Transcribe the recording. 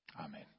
Amen